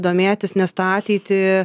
domėtis nes tą ateitį